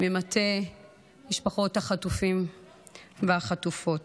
ממטה משפחות החטופים והחטופות.